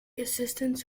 assistants